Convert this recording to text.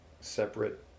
separate